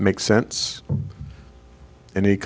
makes sense and he